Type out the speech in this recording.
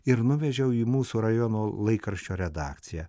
ir nuvežiau į mūsų rajono laikraščio redakciją